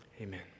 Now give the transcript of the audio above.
Amen